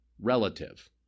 relative